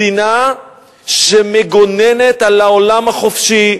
מדינה שמגוננת על העולם החופשי.